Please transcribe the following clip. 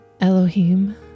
Elohim